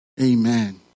Amen